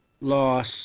loss